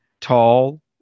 tall